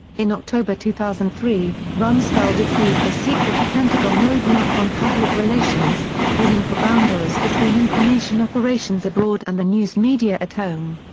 in october two thousand and three, rumsfeld approved a secret pentagon roadmap on public relations, calling for boundaries between information operations abroad and the news media at home.